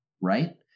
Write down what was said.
right